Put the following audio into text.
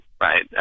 right